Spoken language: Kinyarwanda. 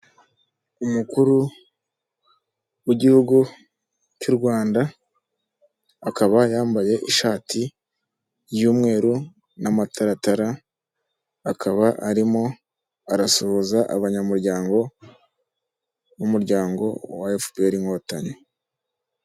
Umukuru w'igihugu cy' u Rwanda akaba yambaye akaba ishati y'umweru n'amataratara akaba arimo arasuhuza abanyamuryango b'umuryango wa efuperi inkotanyi.